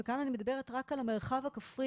וכאן אני מדברת רק על המרחב הכפרי,